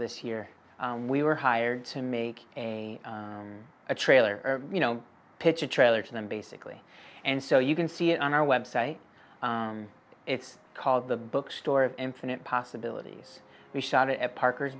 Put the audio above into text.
this year we were hired to make a a trailer you know pitch a trailer to them basically and so you can see it on our website it's called the bookstore of infinite possibilities we shot it at parker